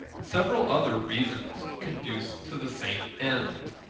several other reasons conduce to the same end.